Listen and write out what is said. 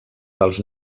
dels